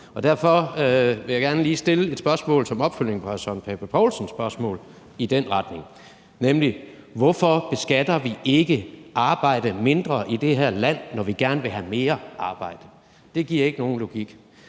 derfor vil jeg gerne lige stille et spørgsmål som opfølgning på hr. Søren Pape Poulsens spørgsmål i den retning: Hvorfor beskatter vi ikke arbejde mindre i det her land, når vi gerne vil have mere arbejde? Det er der ikke nogen logik